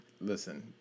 Listen